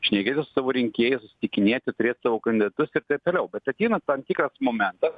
šnekėtis su savo rinkėjais susitikinėti turėt savo kandidatus ir taip toliau bet ateina tam tikras momentas